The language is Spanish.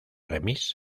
remix